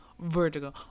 vertigo